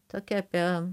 tokia apie